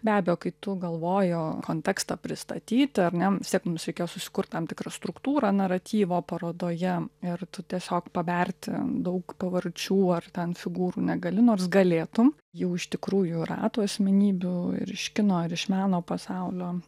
be abejo kai tu galvoji kontekstą pristatyt ar ne vis tiek mums reikėjo susikurt tam tikrą struktūrą naratyvo parodoje ir tu tiesiog paberti daug pavardžių ar ten figūrų negali nors galėtum jų iš tikrųjų yra tų asmenybių ir iš kino ir iš meno pasaulio